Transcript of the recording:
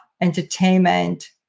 entertainment